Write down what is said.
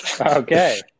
okay